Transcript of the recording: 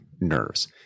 nerves